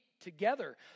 together